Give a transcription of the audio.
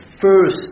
first